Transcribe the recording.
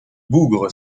bougre